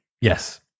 Yes